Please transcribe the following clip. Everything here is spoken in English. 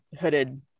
hooded